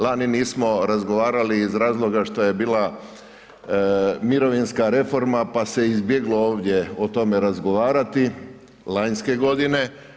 Lani nismo razgovarali iz razloga što je bila mirovinska reforma pa se izbjeglo ovdje o tome razgovarati lanjske godine.